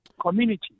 community